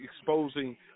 exposing